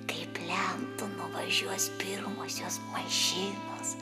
kai plentu nuvažiuos pirmosios mašinos